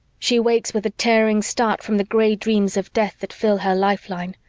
she wakes with a tearing start from the gray dreams of death that fill her lifeline.